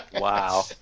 Wow